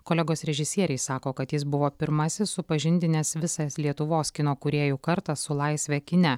kolegos režisieriai sako kad jis buvo pirmasis supažindinęs visas lietuvos kino kūrėjų kartą su laisve kine